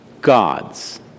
gods